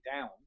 down